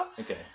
Okay